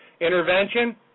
intervention